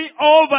over